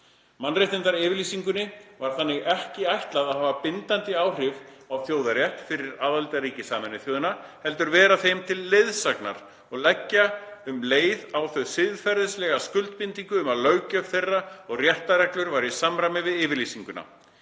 Mannréttindayfirlýsingunni var þannig ekki ætlað að hafa bindandi áhrif að þjóðarétti fyrir aðildarríki Sameinuðu þjóðanna, heldur að verða þeim til leiðsagnar og leggja um leið á þau siðferðilega skuldbindingu um að löggjöf þeirra og réttarreglur væru í samræmi við yfirlýsinguna.